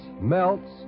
melts